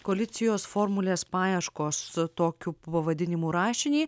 koalicijos formulės paieškos su tokiu pavadinimu rašinį